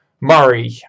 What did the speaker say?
Murray